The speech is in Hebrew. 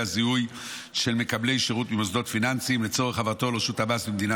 הזיהוי של מקבלי שירות ממוסדות פיננסיים לצורך העברתו לרשות המס במדינה